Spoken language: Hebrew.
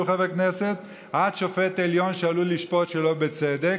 חבר כנסת עד שופט עליון שעלול לשפוט שלא בצדק,